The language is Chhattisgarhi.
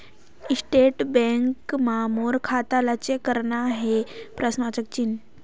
सेंट्रल बैंक मां मोर खाता ला चेक करना हे?